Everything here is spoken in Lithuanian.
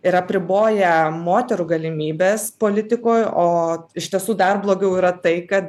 ir apriboja moterų galimybes politikoj o iš tiesų dar blogiau yra tai kad